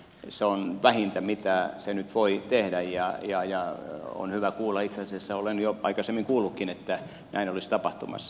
se on vähintä mitä se nyt voi tehdä ja on hyvä kuulla itse asiassa olen jo aikaisemmin kuullutkin että näin olisi tapahtumassa